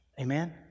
Amen